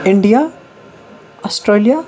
India Australia